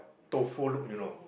tofu look you know